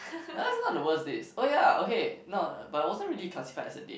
uh that's not the worst date oh ya okay no but it wasn't really classified as a date